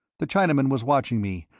the chinaman was watching me,